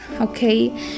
okay